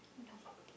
no